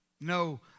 No